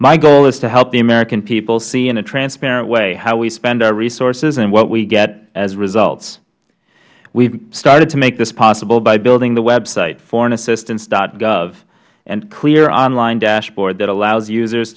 my goal is to help the american people see in a transparent way how we spend our resources and what we get as a result we have started to make this possible by building the website foreignassistance gov a clear on line dashboard that allows users